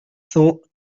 cent